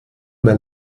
mehr